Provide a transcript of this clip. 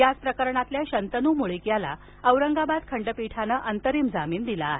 याच प्रकरणातल्या शंतनू मुळीक याला औरंगाबाद खंडपीठानं अंतरिम जमीन दिला आहे